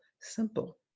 simple